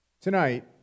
Tonight